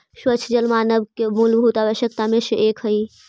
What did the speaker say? स्वच्छ जल मानव के मूलभूत आवश्यकता में से एक हई